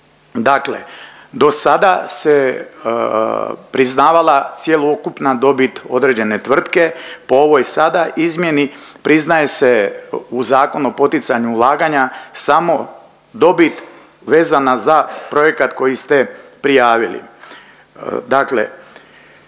Dakle, do sada priznavala cjelokupna dobit određene tvrtke. Po ovoj sada izmjeni priznaje se u Zakonu o poticanju ulaganja samo dobit vezana za projekat koji ste prijavili. Dakle,